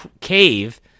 cave